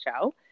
show